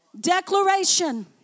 declaration